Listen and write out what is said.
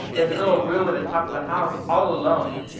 there's a little room at the top of the house all alone,